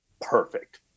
perfect